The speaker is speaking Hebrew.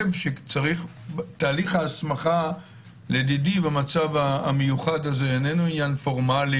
תהליך ההסכמה לדידי במצב המיוחד הזה איננו עניין פורמלי